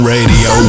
Radio